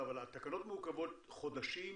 לא, אבל התקנות מעוכבות חודשים?